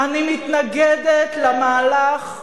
אני מתנגדת למהלך באו"ם,